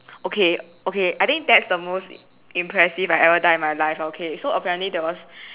okay okay I think that's the most impressive I ever done in my life lah okay so apparently there was